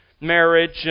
marriage